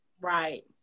Right